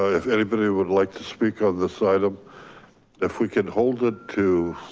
ah if anybody would like to speak on this item, if we could hold it to,